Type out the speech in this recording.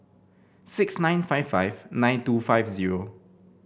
six nine five five nine two five zero